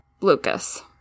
Lucas